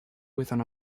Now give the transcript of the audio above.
within